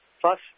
plus